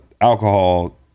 alcohol